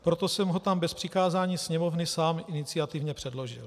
Proto jsem ho tam bez přikázání Sněmovny sám iniciativně předložil.